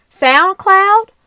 soundcloud